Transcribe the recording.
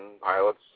pilots